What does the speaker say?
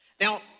Now